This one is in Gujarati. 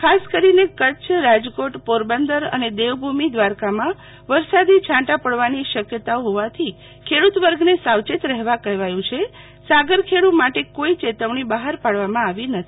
ખાસ કરીને કચ્છરાજકોટ પોરબંદર અને દેવભુમિ દ્રારકામાં વરસાદી છાંટા પડવાની શક્યતાઓ હોવાથી ખેડુત વર્ગને સાવચેત રહેવા કહેવાયુ છેસાગર ખેડુ માટે ચેતવણી બહાર પાડવામાં આવી નથી